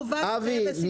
אבי,